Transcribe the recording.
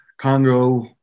Congo